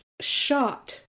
shot